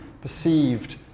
perceived